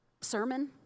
sermon